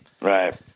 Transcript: Right